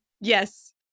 Yes